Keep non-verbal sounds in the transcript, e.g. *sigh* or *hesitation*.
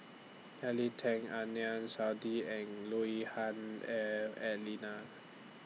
Kelly Tang Adnan Saidi and Lui Hah *hesitation* Elena